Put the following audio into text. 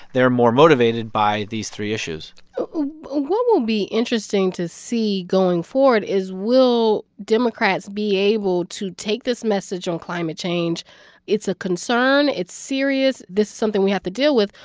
they're more motivated by these three issues what will be interesting to see going forward is, will democrats be able to take this message on climate change it's a concern. it's serious. this is something we have to deal with.